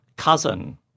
cousin